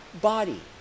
body